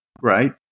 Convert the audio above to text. right